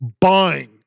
buying